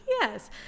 Yes